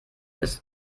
ist